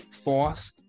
force